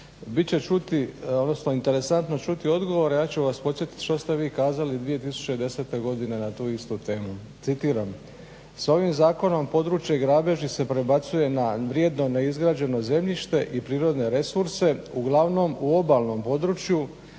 Bit će interesantno čuti odgovor, a ja ću vas podsjetiti što ste vi kazali 2010. Godine na tu istu temu. Citiram: "S ovim zakonom područje grabeži se prebacuje na vrijedno neizgrađeno zemljište i prirodne resurse uglavnom u obalnom području